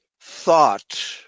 thought